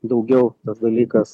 daugiau tas dalykas